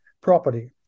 property